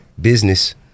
business